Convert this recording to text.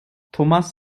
thomas